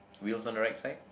wheels on the right side